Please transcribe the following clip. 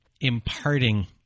imparting